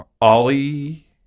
Ollie